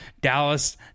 Dallas